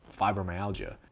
fibromyalgia